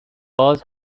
باز